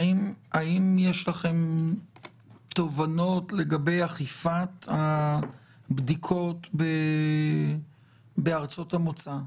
האם יש לכם תובנות לגבי אכיפת הבדיקות בארצות המוצא?